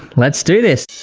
let's do this.